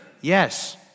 yes